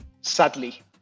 sadly